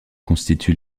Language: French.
constitue